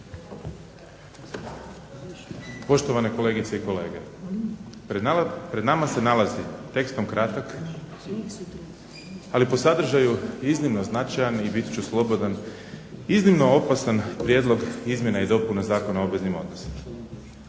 Poštovane kolegice i kolege pred nama se nalazi tekstom kratak, ali po sadržaju iznimno značajan i biti ću slobodan iznimno opasan prijedlog izmjena i dopuna Zakona o obveznim odnosima.